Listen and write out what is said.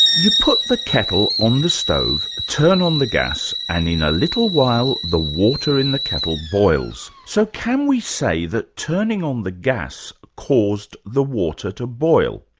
you put the kettle on the stove, turn on the gas, and in a little while the water in the kettle boils. so can we say that turning on the gas caused the water to boil?